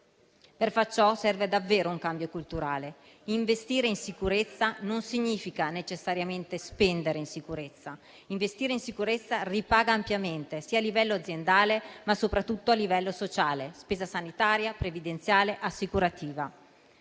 Per fare ciò serve davvero un cambio culturale. Investire in sicurezza non significa necessariamente spendere in sicurezza: investire in sicurezza ripaga ampiamente a livello aziendale, ma soprattutto a livello sociale (spesa sanitaria, previdenziale, assicurativa).